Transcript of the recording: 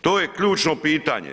To je ključno pitanje.